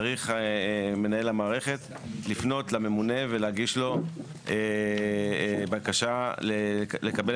צריך מנהל המערכת לפנות לממונה ולהגיש לו בקשה לקבל